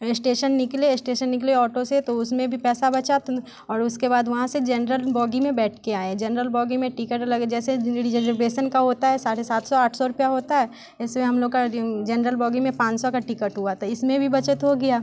station निकले station निकले auto से तो उसमें भी पैसा बचा तो और उसके बाद वहाँ से जेनरल बोगी में बैठ के आए जेनरल बोगी में टिकट जैसे रिजर्वेशन का होता है साढ़े सात सौ आठ सौ रुपया होता है ऐसे हम लोग का जनरल बोगी में पाँच सौ का टिकट था इसमें भी बचत हो गया